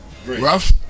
Rough